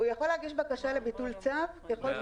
הוא יכול להגיש בקשה לביטול צו אם הוא